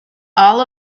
all